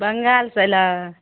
बंगालसँ एलऽ